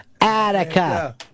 Attica